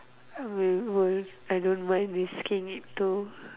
um ஒரு:oru I don't mind risking it to